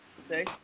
Say